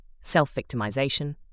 self-victimization